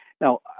Now